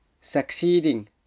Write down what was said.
succeeding